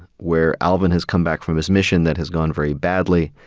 where alvin has come back from his mission that has gone very badly.